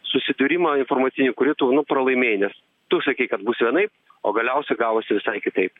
susidūrimą informacinį kurį tu nu pralaimėjai nes tu sakei kad bus vienaip o galiausia gavosi visai kitaip